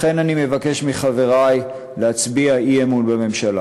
לכן אני מבקש מחברי להצביע אי-אמון בממשלה.